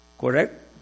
Correct